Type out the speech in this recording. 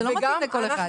זה לא מתאים לכל אחד.